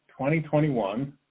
2021